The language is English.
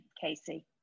Casey